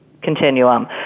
continuum